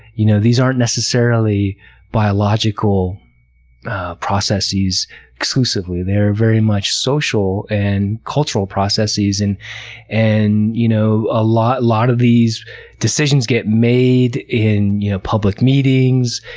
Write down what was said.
you know these aren't necessarily biological processes exclusively. they are very much social and cultural processes. and and you know ah a lot of these decisions get made in public meetings,